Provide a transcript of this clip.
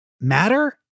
matter